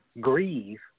Grieve